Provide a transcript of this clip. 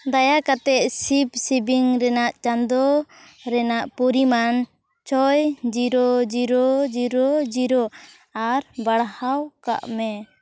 ᱫᱟᱭᱟ ᱠᱟᱛᱮᱫ ᱥᱤᱵᱽ ᱥᱤᱵᱤᱝ ᱨᱮᱱᱟᱜ ᱪᱟᱸᱫᱳ ᱨᱮᱱᱟᱜ ᱯᱚᱨᱤᱢᱟᱱ ᱪᱷᱚᱭ ᱡᱤᱨᱳ ᱡᱤᱨᱳ ᱡᱤᱨᱳ ᱡᱤᱨᱳ ᱟᱨ ᱵᱟᱲᱦᱟᱣ ᱠᱟᱜ ᱢᱮ